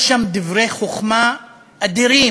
יש שם דברי חוכמה אדירים.